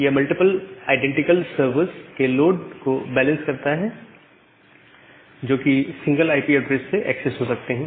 यह multiple identical servers के load को बैलेंस करता है जो कि सिंगल आईपी ऐड्रेस से एक्सेस हो सकते हैं